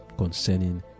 concerning